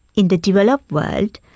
in the developed like